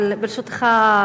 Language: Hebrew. אבל ברשותך,